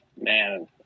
Man